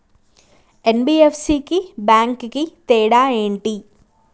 NBFC కి bank కి తేడా ఏంటి?